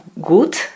good